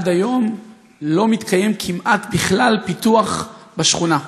עד היום לא מתקיים כמעט בכלל פיתוח בשכונה: